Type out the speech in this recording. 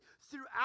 throughout